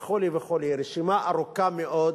וכו' וכו', רשימה ארוכה מאוד